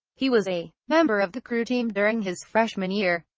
he was a member of the crew team during his freshman year,